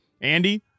Andy